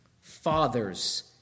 fathers